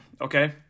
okay